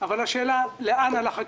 אבל השאלה לאן הלך הכסף.